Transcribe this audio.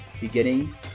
beginning